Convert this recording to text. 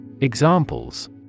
Examples